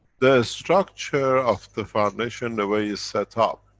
the structure of the foundation, the way it's set up,